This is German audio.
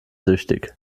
süchtig